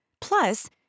Plus